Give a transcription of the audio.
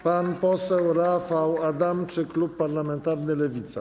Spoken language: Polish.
Pan poseł Rafał Adamczyk, klub parlamentarny Lewica.